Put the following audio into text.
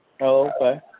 Okay